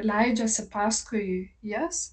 leidžiasi paskui jas